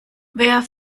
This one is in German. wer